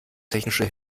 technische